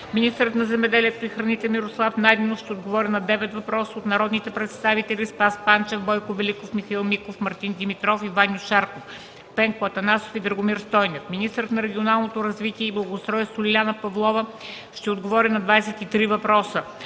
министърът на земеделието и храните Мирослав Найденов ще отговори на девет въпроса от народните представители Спас Панчев, Бойко Великов, Михаил Миков, Мартин Димитров и Ваньо Шарков, Пенко Атанасов и Драгомир Стойнев; - министърът на регионалното развитие и благоустройството Лиляна Павлова ще отговори на двадесет